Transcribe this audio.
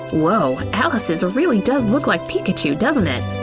woah! alice's really does looks like pikachu, doesn't it?